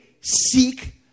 seek